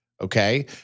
Okay